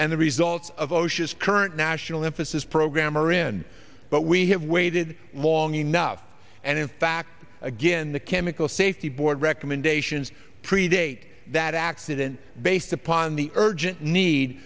and the results of osha's current national impetus program are in but we have waited long enough and in fact again the chemical safety board recommendations predate that accident based upon the urgent need